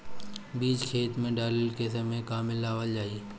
बीज खेत मे डाले के सामय का का मिलावल जाई?